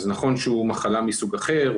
נכון שהוא מחלה מסוג אחר,